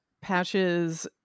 Patches